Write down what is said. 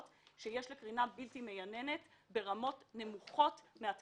שיש לקרינה בלתי מייננת ברמות נמוכות מן התקנים.